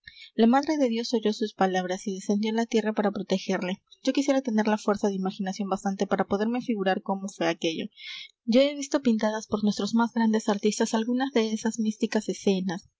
la madre de dios oyó sus palabras y descendió á la tierra para protegerle yo quisiera tener la fuerza de imaginación bastante para poderme figurar cómo fué aquello yo he visto pintadas por nuestros más grandes artistas algunas de esas místicas escenas